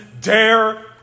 dare